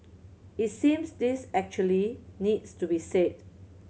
it seems this actually needs to be said